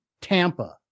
Tampa